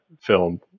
film